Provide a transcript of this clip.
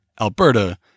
Alberta